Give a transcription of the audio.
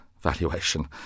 valuation